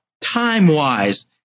time-wise